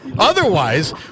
Otherwise